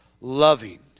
loving